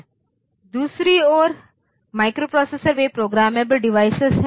दूसरी ओर माइक्रोप्रोसेसर वे प्रोग्रामेबल डिवाइस हैं